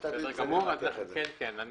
הוועדה מצביעה על פסקאות (1)